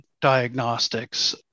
diagnostics